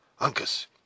uncas